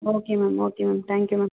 okay ma'am okay ma'am thank you ma'am